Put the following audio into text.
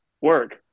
work